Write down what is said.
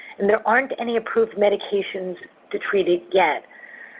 and there aren't any approved medications to treat it yet.